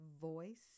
Voice